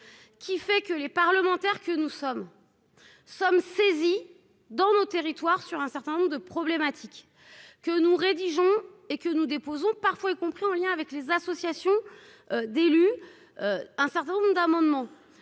qui fait que les parlementaires que nous sommes sommes saisis dans nos territoires sur un certain nombre de problématiques que nous rédigeons et que nous déposons parfois, y compris en lien avec les associations d'élus, un certain nombre d'amendements